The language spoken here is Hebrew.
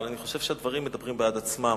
אבל אני חושב שהדברים מדברים בעד עצמם,